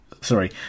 Sorry